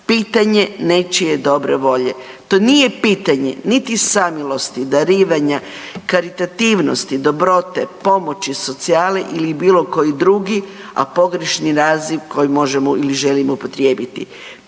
pitanje nečije dobra volje. To nije pitanje niti samilosti, darivanja, karitativnosti, dobrote, pomoći socijali ili bilo koji drugi, a pogrešni naziv koji možemo ili želimo upotrijebiti.